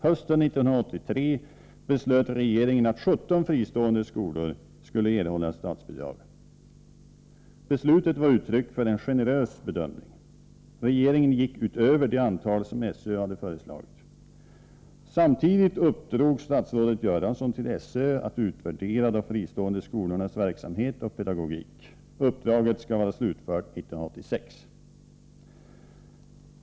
Hösten 1983 beslöt regeringen att 17 fristående skolor skulle erhålla statsbidrag. Beslutet var ett uttryck för en generös bedömning. Regeringen gick utöver det antal som SÖ hade föreslagit. Samtidigt uppdrog statsrådet Göransson till SÖ att utvärdera de fristående skolornas verksamhet och pedagogik. Uppdraget skall vara slutfört 1986.